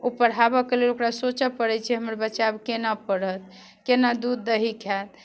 ओ पढ़ाबयके लेल ओकरा सोचय पड़ै छै हमर बच्चा केना पढ़त केना दूध दही खायत